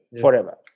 forever